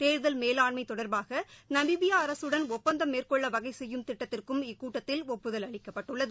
தேர்தல் மேலாண்மை தொடர்பாக நமிபியா அரசுடன் ஒப்பந்தம் மேற்கொள்ள வகை சுய்யும் திட்டத்திற்கும் இக்கூட்டத்தில் ஒப்புதல் அளிக்கப்பட்டுள்ளது